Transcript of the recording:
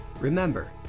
Remember